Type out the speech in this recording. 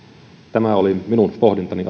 tämä oli minun pohdintani